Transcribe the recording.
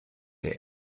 der